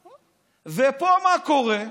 ופה, מה קורה?